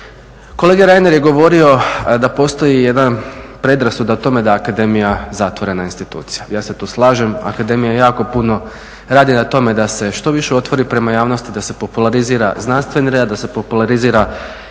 Kolega Reiner je govorio da postoji jedna predrasuda o tome da je akademija zatvorena institucija. Ja se tu slažem, akademija jako puno radi na tome da se što više otvori prema javnosti, da se popularizira znanstveni rad, da se popularizira i sama